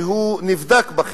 שנבדק בה,